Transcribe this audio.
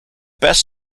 best